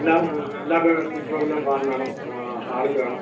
എല്ലാ എല്ലാവരുടെയും റൂമിലും ഫാൻ വേണം ഹാളില് വേണം